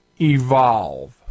evolve